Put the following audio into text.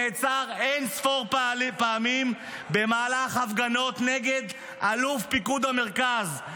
צבי סוכות נעצר אין-ספור פעמים במהלך הפגנות נגד אלוף פיקוד המרכז,